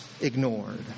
ignored